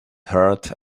herd